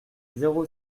zéro